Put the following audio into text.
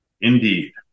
Indeed